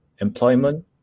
employment